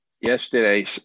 Yesterday